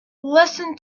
listen